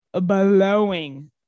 blowing